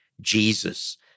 Jesus